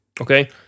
Okay